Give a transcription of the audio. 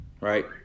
Right